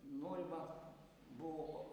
norima buvo